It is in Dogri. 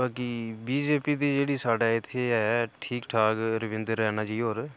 बाकी बी जे पी दी जेह्ड़ी साढ़ै इत्थै ऐ ठीक ठाक रविंदर रैना जी होर